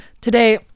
today